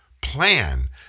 plan